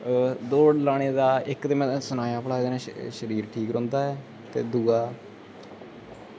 ते दौड़ लाने दा ते भला में इक्क ते तुसेंगी सनाया कि शरीर बड़ा ओह् तंदरुस्त रौंह्दा ते दूआ